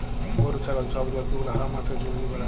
গরু, ছাগল ছব জল্তু গুলা হাঁ মাঠে চ্যরে বেড়ায়